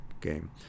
game